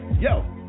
Yo